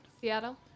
Seattle